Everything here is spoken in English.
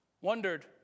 wondered